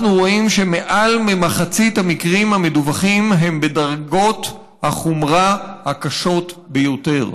אנחנו רואים שמעל למחצית המקרים המדווחים הם בדרגות החומרה הקשות ביותר.